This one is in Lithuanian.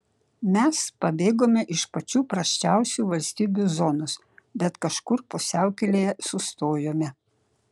mes pabėgome iš pačių prasčiausių valstybių zonos bet kažkur pusiaukelėje sustojome